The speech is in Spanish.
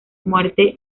muerte